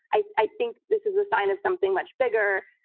i i think this is a sign of something much bigger.